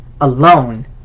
alone